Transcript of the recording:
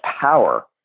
power